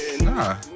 Nah